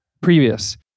previous